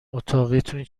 اتاقیتون